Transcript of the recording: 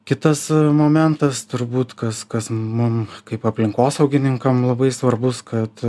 kitas momentas turbūt kas kas mum kaip aplinkosaugininkam labai svarbus kad